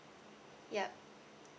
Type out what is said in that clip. yup